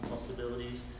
possibilities